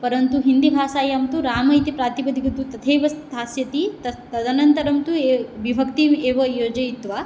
परन्तु हिन्दीभाषायां तु राम इति प्रातिपदिकं तु तथैव स्थास्यति त् तदनन्तरं तु ए विभक्तिम् एव योजयित्वा